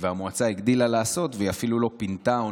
והמועצה הגדילה לעשות והיא אפילו לא פינתה או